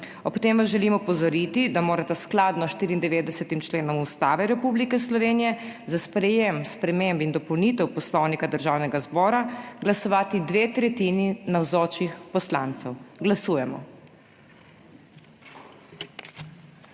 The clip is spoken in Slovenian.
Ob tem vas želim opozoriti, da morata skladno s 94. členom Ustave Republike Slovenije za sprejetje sprememb in dopolnitev Poslovnika Državnega zbora glasovati dve tretjini navzočih poslancev. Glasujemo.